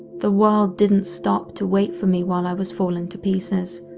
the world didn't stop to wait for me while i was falling to pieces,